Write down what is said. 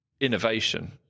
innovation